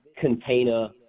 container